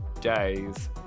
days